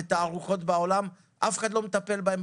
תערוכות בעולם אף אחד בממשלה לא מטפל בהם.